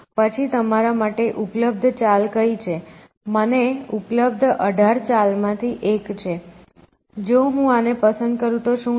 પછી તમારા માટે ઉપલબ્ધ ચાલ કઈ છે મને ઉપલબ્ધ 18 ચાલમાંથી એક છે જો હું આને પસંદ કરું તો શું થાય